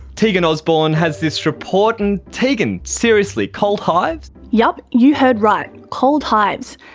tegan osborne has this report. and tegan, seriously, cold hives? yep, you heard right, cold hives.